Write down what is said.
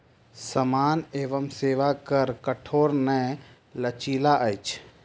सामान एवं सेवा कर कठोर नै लचीला अछि